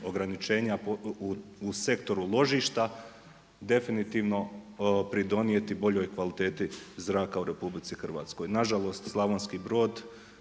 ograničenja u sektoru ložišta definitivno pridonijeti boljoj kvaliteti zraka u RH. Nažalost Slavonski Brod,